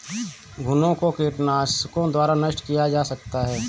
घुनो को कीटनाशकों द्वारा नष्ट किया जा सकता है